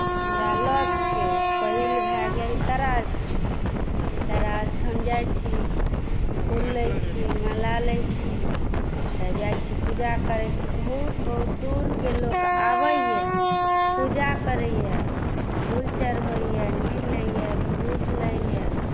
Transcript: हमरा लगके पहिल भए गेल तारास्थान तारास्थान जाइत छी फूल लैत छी माला लैत छी तऽ जाइत छी पूजा करैत छी बहुत बहुत दूरके लोक आबैए पूजा करैए फूल चढ़बैए नीर लैए विभूत लैए